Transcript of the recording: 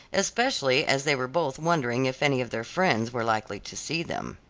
especially as they were both wondering if any of their friends were likely to see them.